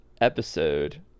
episode